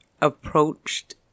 approached